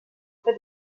près